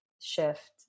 shift